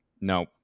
no